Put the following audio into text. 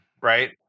right